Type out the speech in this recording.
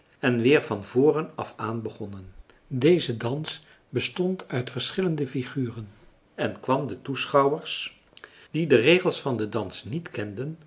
en weer van voren af aan begonnen deze dans bestond uit verschillende figuren en kwam de toeschouwers die de regels van den dans niet kenden